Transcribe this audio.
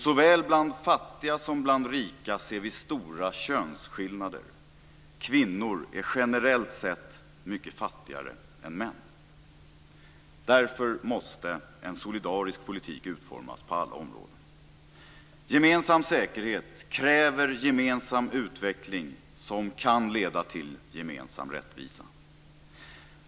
Såväl bland fattiga som bland rika ser vi stora könsskillnader. Kvinnor är generellt sett mycket fattigare än män. Därför måste en solidarisk politik utformas på alla områden. Gemensam säkerhet kräver gemensam utveckling som kan leda till gemensam rättvisa.